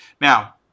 now